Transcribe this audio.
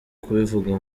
kubivuga